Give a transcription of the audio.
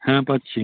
হ্যাঁ পাচ্ছি